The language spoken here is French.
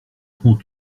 prends